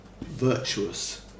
virtuous